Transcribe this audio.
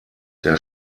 der